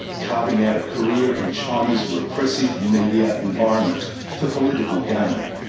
carving out a career in china's repressive media environment for political gain.